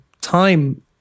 time